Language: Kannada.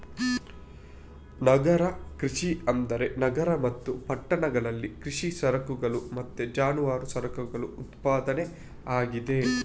ನಗರ ಕೃಷಿ ಅಂದ್ರೆ ನಗರ ಮತ್ತು ಪಟ್ಟಣಗಳಲ್ಲಿ ಕೃಷಿ ಸರಕುಗಳ ಮತ್ತೆ ಜಾನುವಾರು ಸರಕುಗಳ ಉತ್ಪಾದನೆ ಆಗಿದೆ